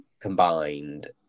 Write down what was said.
combined